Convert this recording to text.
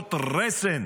חסרות רסן,